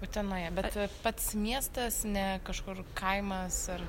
utenoje bet i pats miestas ne kažkur kaimas ar